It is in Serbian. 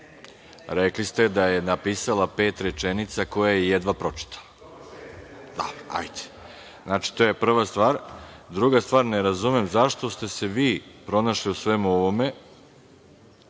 Rekli ste da je napisala pet rečenica koje je jedva pročitala. To je prva stvar. Druga stvar, ne razumem zašto ste se vi pronašli u svemu ovome,